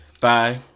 bye